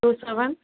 two seven